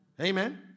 Amen